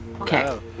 Okay